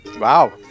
Wow